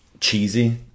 cheesy